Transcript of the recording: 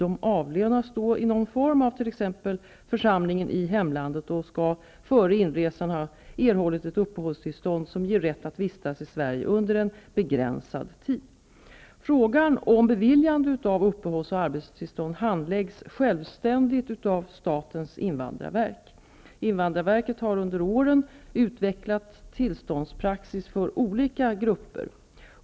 De avlönas då i någon form av t.ex. församlingen i hemlandet och skall före inresan ha erhållit ett uppehållstillstånd som ger rätt att vistas i Frågan om beviljande av uppehålls och arbetstillstånd handläggs självstän digt av statens invandrarverk. Invandrarverket har under åren utvecklat till ståndspraxis för olika grupper.